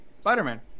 Spider-Man